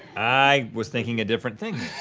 i was thinking a different thing.